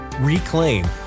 reclaim